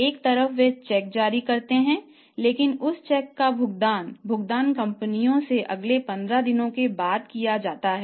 एक तरफ वे चेक जारी करते हैं लेकिन उस चेक का भुगतान भुगतान कंपनियों से अगले 15 दिनों के बाद किया जाता है